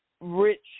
rich